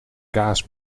kaas